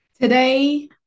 Today